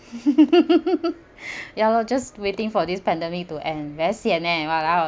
ya lor just waiting for this pandemic to end very sian eh !walao!